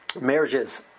marriages